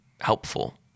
helpful